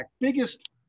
Biggest